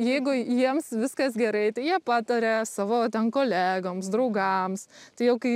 jeigu jiems viskas gerai tai jie pataria savo ten kolegoms draugams tai jau kai